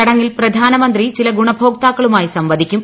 ചടങ്ങിൽ പ്രധാനമന്ത്രി ചില ഗുണഭോക്താക്കളുമായി സംവദിക്കും